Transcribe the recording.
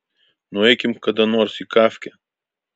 nueikim kada nors į kafkę